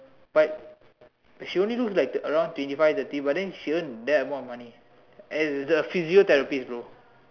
but she only look like around twenty five thirty but then she earn that amount of money at physical therapy bro